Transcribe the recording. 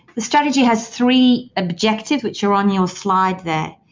the strategy has three objectives, which are on your slide there.